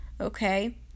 okay